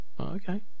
okay